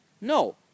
no